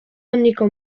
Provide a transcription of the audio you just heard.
handiko